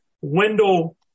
Wendell